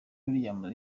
williams